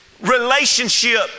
relationship